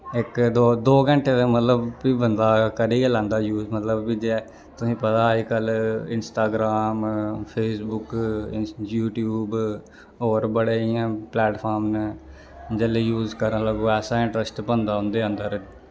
इक दो दो घैंटे ते मतलब बंदा करी गै लैंदे यूस मतलब जे तुसें पता अज्ज कल इंस्टाग्राम फेसबुक यूटयूब होर बड़े इ'यां प्लैटफार्म न जिसलै यूस करन लगी ऐसा इंट्रस्ट बनदा उं'दे अंदर